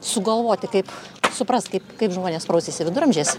sugalvoti kaip suprast kaip kaip žmonės prausėsi viduramžiais